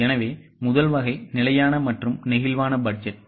எனவே முதல் வகை நிலையான மற்றும் நெகிழ்வான பட்ஜெட்